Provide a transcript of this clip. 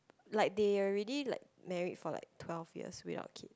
like they already like married for like twelve years without kids